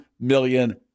million